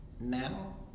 now